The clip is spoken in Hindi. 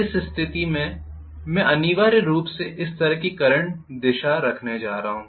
इस स्थिति में मैं अनिवार्य रूप से इस तरह की करंट दिशा रखने जा रहा हूं